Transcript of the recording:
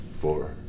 four